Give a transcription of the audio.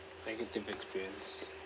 negative experience